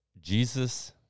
Jesus